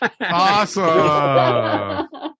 Awesome